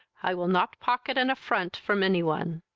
i will not pocket an affront from any one.